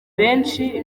benshi